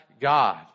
God